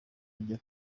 iryo